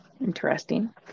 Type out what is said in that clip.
interesting